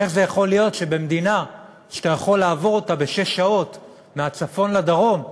איך זה יכול להיות שבמדינה שאתה יכול לעבור אותה בשש שעות מהצפון לדרום,